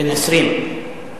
בן 20,